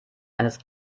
eines